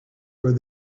where